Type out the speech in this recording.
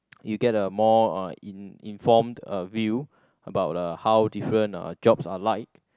you get a more uh in~ informed uh view about uh the how different uh jobs are like